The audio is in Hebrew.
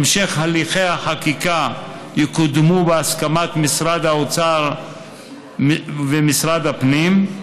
המשך הליכי החקיקה יקודמו בהסכמת משרד האוצר ומשרד הפנים,